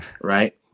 right